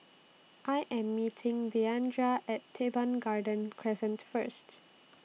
I Am meeting Diandra At Teban Garden Crescent First